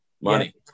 money